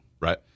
right